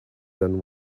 than